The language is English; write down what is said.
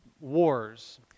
wars